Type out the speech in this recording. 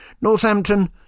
Northampton